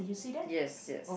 yes yes